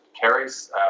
carries